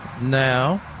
now